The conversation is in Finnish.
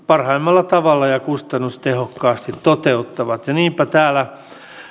parhaimmalla tavalla ja kustannustehokkaasti toteuttavat niinpä täällä